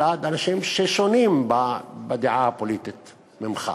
אלא על אנשים ששונים בדעה הפוליטית ממך.